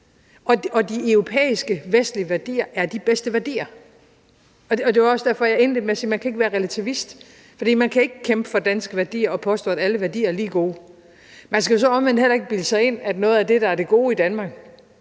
og de europæiske, vestlige værdier er de bedste værdier, og det var jo også derfor, jeg indledte med at sige, at man ikke kan være relativist. For man kan ikke kæmpe for danske værdier og påstå, at alle værdier er lige gode. Man skal så omvendt heller ikke bilde sig ind, at noget af det, der er det gode i Danmark,